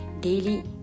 daily